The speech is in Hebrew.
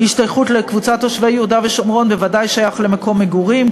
"השתייכות לקבוצת תושבי יהודה ושומרון" בוודאי שייכת למקום מגורים,